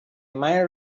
mind